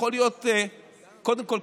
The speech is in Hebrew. קודם כול,